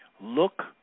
look